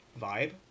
vibe